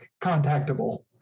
contactable